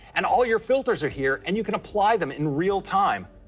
and all your filters are here, and you can apply them in real time.